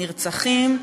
נרצחים,